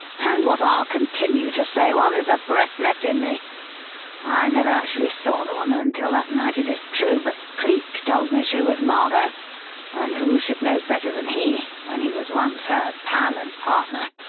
and what i'll continue to say while there's a breath left in me i never actually saw the woman until that night, it is true, but cleek told me she was margot and who should know better than he, when he was once her pal and partner?